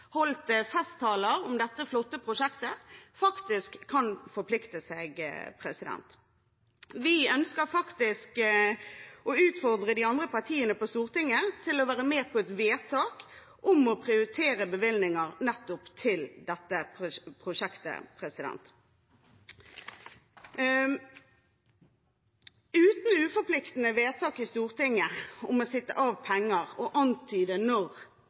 holdt festtaler om dette flotte prosjektet, faktisk kan forplikte seg. Vi ønsker å utfordre de andre partiene på Stortinget til å være med på et vedtak om å prioritere bevilgninger nettopp til dette prosjektet. Uten forpliktende vedtak i Stortinget om å sette av penger og antyde når